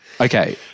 Okay